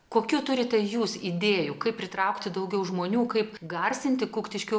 kokių turite jūs idėjų kaip pritraukti daugiau žmonių kaip garsinti kuktiškių